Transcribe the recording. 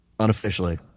unofficially